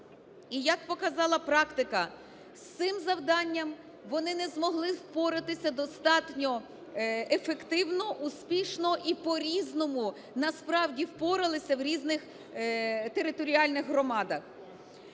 І, як показала практика, з цим завданням вони не змогли впоратися достатньо ефективно, успішно і по-різному, насправді, впоралися в різних територіальних громадах.